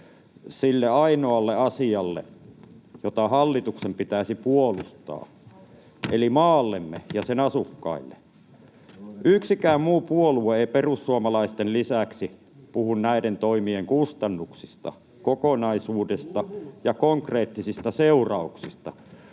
sille ainoalle asialle, jota hallituksen pitäisi puolustaa, eli maallemme että sen asukkaille. Yksikään muu puolue ei perussuomalaisten lisäksi puhu näiden toimien kustannuksista, kokonaisuudesta ja konkreettisista seurauksista.